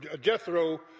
Jethro